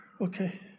Okay